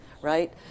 right